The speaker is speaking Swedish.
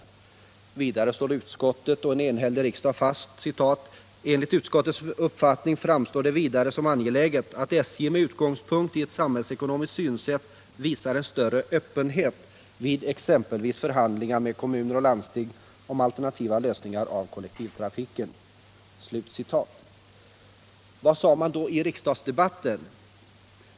Vidare slår utskottet och en enhällig riksdag fast: ”Enligt utskottets uppfattning framstår det vidare som angeläget att SJ med utgångspunkt i ett samhällsekonomiskt synsätt visar en större öppenhet vid exempelvis förhandlingar med kommuner och landsting om alternativa lösningar av kollektivtrafiken.” Vad sades då i riksdagsdebatten?